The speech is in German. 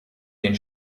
den